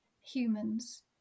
humans